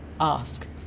ask